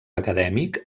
acadèmic